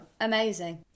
amazing